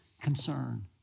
concern